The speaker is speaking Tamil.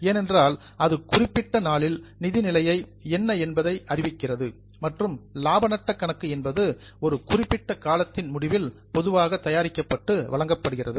ஏனென்றால் அது குறிப்பிட்ட நாளில் நிதி நிலையை என்ன என்பதை அறிவிக்கிறது மற்றும் இலாப நட்ட கணக்கு என்பது ஒரு குறிப்பிட்ட காலத்தின் முடிவில் பொதுவாக தயாரிக்கப்பட்டு வழங்கப்படுகிறது